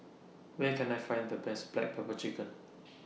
Where Can I Find The Best Black Pepper Chicken